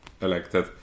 elected